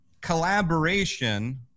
collaboration